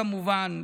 כמובן,